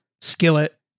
skillet